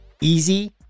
Easy